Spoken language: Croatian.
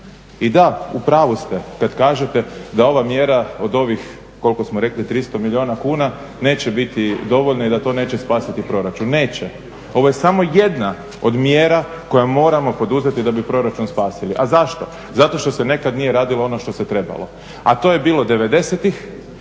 i da, u pravu ste kad kažete da ova mjera od ovih koliko smo rekli 300 milijuna kuna neće biti dovoljna i da to neće spasiti proračun. Neće. Ovo je samo jedna od mjera koje moramo poduzeti da bi proračun spasili. A zašto, zato što se nekad nije radilo ono što se trebalo, a to je bilo '90.-ih